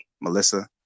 Melissa